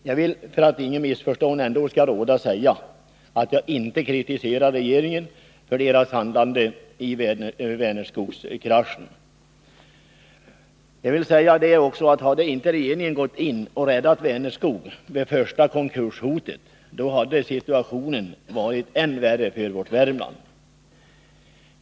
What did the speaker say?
Jag vill, för att inget missförstånd skall råda, säga att jag inte kritiserar regeringen för dess handlande i Vänerskogskraschen. Hade inte regeringen gått in och räddat Vänerskog vid det första konkurshotet, hade situationen varit ännu värre för vårt Värmland.